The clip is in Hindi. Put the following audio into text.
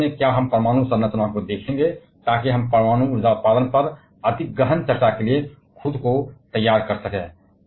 और अंत में क्या हम परमाणु संरचना को देखेंगे ताकि हम परमाणु ऊर्जा उत्पादन पर अधिक गहन चर्चा के लिए खुद को तैयार कर सकें